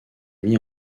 mis